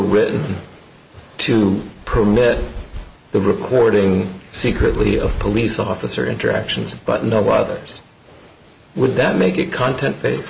written to permit the recording secretly of police officer interactions but in the others would that make it content